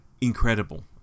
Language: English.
Incredible